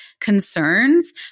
concerns